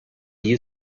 you